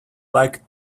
like